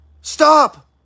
Stop